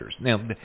Now